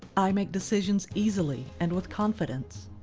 i make decisions easily and with confidence.